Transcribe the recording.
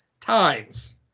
times